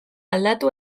aldatu